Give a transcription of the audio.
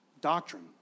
doctrine